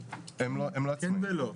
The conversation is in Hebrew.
הם לא עצמאים.